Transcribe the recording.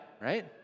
right